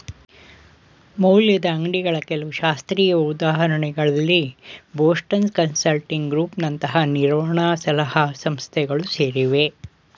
ಮೌಲ್ಯದ ಅಂಗ್ಡಿಗಳ ಕೆಲವು ಶಾಸ್ತ್ರೀಯ ಉದಾಹರಣೆಗಳಲ್ಲಿ ಬೋಸ್ಟನ್ ಕನ್ಸಲ್ಟಿಂಗ್ ಗ್ರೂಪ್ ನಂತಹ ನಿರ್ವಹಣ ಸಲಹಾ ಸಂಸ್ಥೆಗಳು ಸೇರಿವೆ